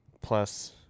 plus